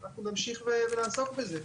אנחנו נמשיך לעסוק בזה.